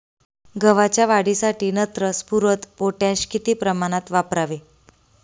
गव्हाच्या वाढीसाठी नत्र, स्फुरद, पोटॅश किती प्रमाणात वापरावे?